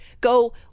go